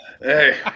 Hey